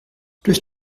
durch